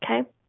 Okay